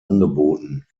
angeboten